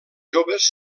joves